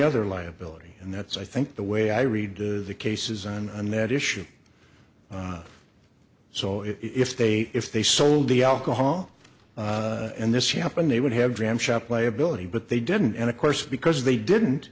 other liability and that's i think the way i read the cases on that issue so if they if they sold the alcohol and this happened they would have dram shop liability but they didn't and of course because they didn't